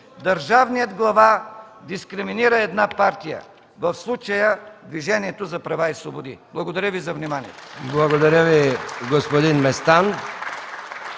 държавният глава дискриминира една партия, в случая Движението за права и свободи. Благодаря Ви за вниманието.